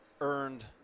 earned